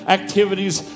activities